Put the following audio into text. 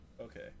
Okay